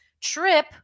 trip